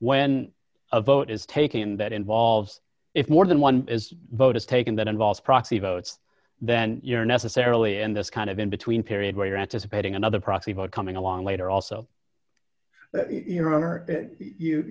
when a vote is taken that involves if more than one is vote is taken that involves proxy votes then you're necessarily in this kind of in between period where you're anticipating another proxy vote coming along later also you